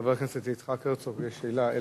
לחבר הכנסת יצחק הרצוג יש שאילתא מס'